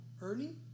Ernie